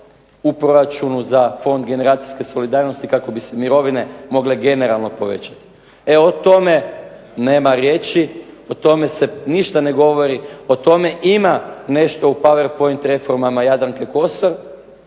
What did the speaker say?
generacijske solidarnosti, kako bi se mirovine mogle generalno povećati. E o tome nema riječi, o tome se ništa ne govori, o tome ima nešto u powerpoint reformama Jadranke Kosor.